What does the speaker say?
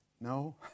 no